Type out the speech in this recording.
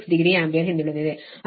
860 ampere ಹಿಂದುಳಿದಿದೆ